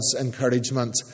encouragement